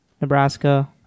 Nebraska